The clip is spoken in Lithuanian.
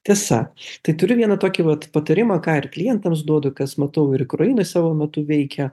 tiesa tai turiu vieną tokį vat patarimą ką ir klientams duodu kas matau ir ukrainoj savo metu veikia